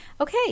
Okay